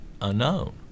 unknown